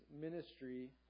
ministry